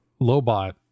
lobot